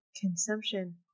consumption